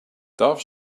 doves